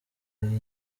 ubwo